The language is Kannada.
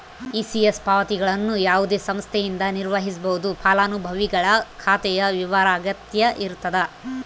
ಇ.ಸಿ.ಎಸ್ ಪಾವತಿಗಳನ್ನು ಯಾವುದೇ ಸಂಸ್ಥೆಯಿಂದ ನಿರ್ವಹಿಸ್ಬೋದು ಫಲಾನುಭವಿಗಳ ಖಾತೆಯ ವಿವರ ಅಗತ್ಯ ಇರತದ